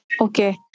Okay